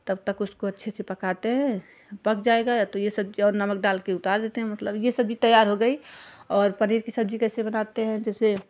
तब तक उसको अच्छे से पकाते हैं पक जाएगा तो यह सब जो अब नमक डालकर उतार देते मतलब यह सब्ज़ी तैयार हो गई और पनीर की सब्ज़ी कैसे बनाते हैं जैसे